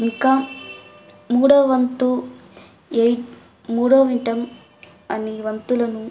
ఇంకా మూడో వంతు ఎయిట్ మూడోవింటం అని వంతులను